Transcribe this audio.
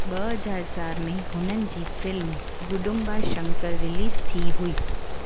ॿ हज़ार चारि में हुननि जी फ़िल्म गुडुम्बा शंकर रिलीज़ थी हुई